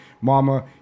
Mama